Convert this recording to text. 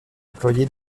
employé